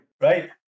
Right